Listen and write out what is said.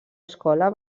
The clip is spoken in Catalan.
escola